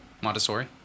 Montessori